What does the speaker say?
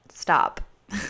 Stop